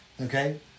Okay